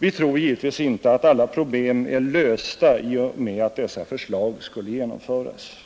Vi tror givetvis inte att alla problem är lösta i och med att dessa förslag skulle genomföras.